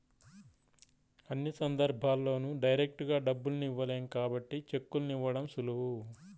అన్ని సందర్భాల్లోనూ డైరెక్టుగా డబ్బుల్ని ఇవ్వలేం కాబట్టి చెక్కుల్ని ఇవ్వడం సులువు